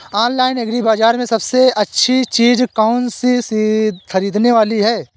Online agri बाजार में सबसे अच्छी चीज कौन सी ख़रीदने वाली है?